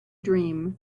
dream